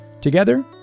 Together